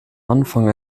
anfang